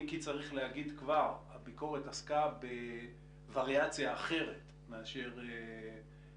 אם כי צריך להגיד כבר הביקורת עסקה בווריאציה אחרת מאשר הקורונה,